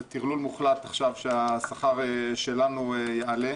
זה טרלול מוחלט עכשיו שהשכר שלנו יעלה.